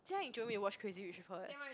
jia-ying jio me to watch Crazy-Rich with her eh